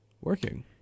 working